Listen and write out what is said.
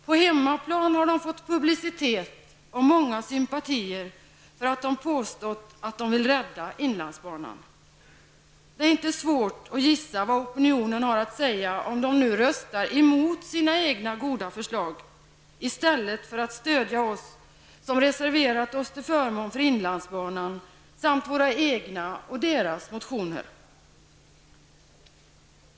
På hemmaplan har de fått publicitet och sympatier för att de påstått att de vill rädda inlandsbanan. Det är inte svårt att gissa vad opinionen har att säga om de nu röstar emot sina egna goda förslag i stället för att stödja oss som reserverat oss till förmån för inlandsbanan samt våra egna och deras motioner.